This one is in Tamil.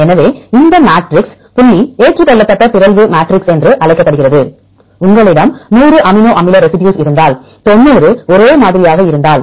எனவே இந்த மேட்ரிக்ஸ் புள்ளி ஏற்றுக்கொள்ளப்பட்ட பிறழ்வு மேட்ரிக்ஸ் என்று அழைக்கப்படுகிறது உங்களிடம் 100 அமினோ அமில ரெசி டியூஸ் இருந்தால் 90 ஒரே மாதிரியாக இருந்தால்